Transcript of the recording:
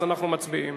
אז אנחנו מצביעים,